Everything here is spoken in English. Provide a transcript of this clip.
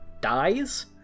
dies